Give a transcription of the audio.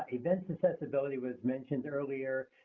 events accessibility was mentioned earlier.